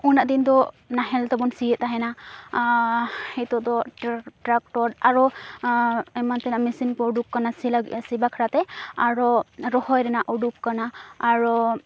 ᱩᱱᱟᱹᱜ ᱫᱤᱱ ᱫᱚ ᱱᱟᱦᱮᱞ ᱛᱮᱵᱚᱱ ᱥᱤᱭᱮᱫ ᱛᱥᱦᱮᱱᱟ ᱱᱤᱛᱚᱜ ᱫᱚ ᱴᱨᱟᱠᱴᱚᱨ ᱟᱨᱚ ᱮᱢᱟᱱ ᱛᱮᱱᱟᱜ ᱢᱮᱥᱤᱱ ᱠᱚ ᱚᱰᱩᱠ ᱟᱠᱟᱱᱟ ᱥᱤ ᱞᱟᱹᱜᱤᱫ ᱥᱤ ᱵᱟᱠᱷᱨᱟᱛᱮ ᱟᱨᱚ ᱨᱚᱦᱚᱭ ᱨᱮᱱᱟᱜ ᱩᱰᱩᱠ ᱟᱠᱟᱱᱟ ᱟᱨᱚ